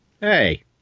Hey